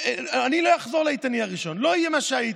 לא אחזור לאיתני הראשון ולא אהיה מה שהייתי.